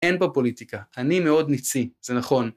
אין פה פוליטיקה, אני מאוד ניצי, זה נכון.